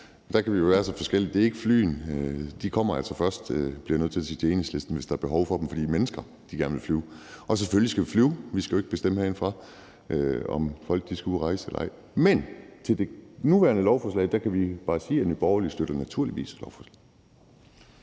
Der kan vi være så forskellige. Det er ikke flyene, der gør det. De kommer altså først, bliver jeg nødt til at sige til Enhedslisten, hvis der er behov for dem, fordi mennesker gerne vil flyve. Og selvfølgelig skal vi flyve. Vi skal jo ikke bestemme herindefra, om folk skal ud at rejse eller ej. Men om det nuværende lovforslag kan vi bare sige, at Nye Borgerlige naturligvis støtter lovforslaget.